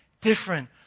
different